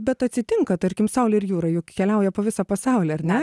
bet atsitinka tarkim saulė ir jūra juk keliauja po visą pasaulį ar ne